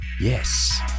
yes